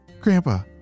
Grandpa